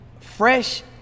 Fresh